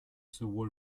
sowohl